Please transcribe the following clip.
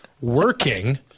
working